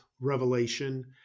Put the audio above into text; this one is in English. revelation